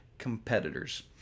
competitors